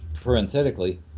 parenthetically